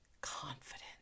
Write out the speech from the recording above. Confidence